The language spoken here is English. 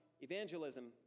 evangelism